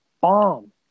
bomb